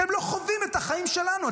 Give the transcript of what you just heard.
אתם לא חווים את החיים שלנו.